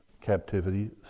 captivity